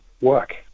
work